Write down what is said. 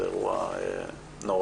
הוא אירוע נוראי,